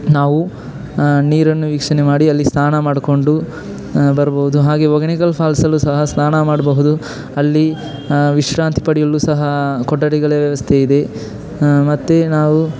ನಾವು ನೀರನ್ನು ವೀಕ್ಷಣೆ ಮಾಡಿ ಅಲ್ಲಿ ಸ್ನಾನ ಮಾಡಿಕೊಂಡು ಬರ್ಬೋದು ಹಾಗೆ ಹೊಗೇನಕಲ್ ಫಾಲ್ಸ್ ಅಲ್ಲಿಯೂ ಸಹ ಸ್ನಾನ ಮಾಡಬಹುದು ಅಲ್ಲಿ ವಿಶ್ರಾಂತಿ ಪಡೆಯಲು ಸಹ ಕೊಠಡಿಗಳು ವ್ಯವಸ್ಥೆಯಿದೆ ಮತ್ತು ನಾವು